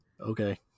Okay